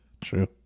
True